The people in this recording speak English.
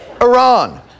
Iran